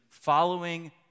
following